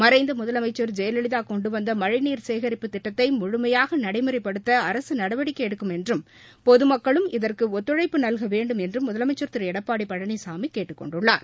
மறைந்த முதலமைச்சர் ஜெயலலிதா கொண்டு வந்த மழைநீர் சேகரிப்பு திட்டத்தை முழுமையாக நடைமுறைப்படுத்த அரசு நடவடிக்கை எடுக்கும் என்றும் பொதுமக்களும் இதற்கு ஒத்துழைப்பு நல்க வேண்டும் என்றும் முதலமைச்சர் திரு எடப்பாடி பழனிசாமி கேட்டுக் கொண்டுள்ளார்